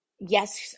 yes